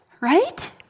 right